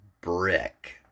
brick